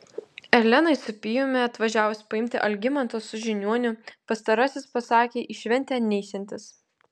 elenai su pijumi atvažiavus paimti algimanto su žiniuoniu pastarasis pasakė į šventę neisiantis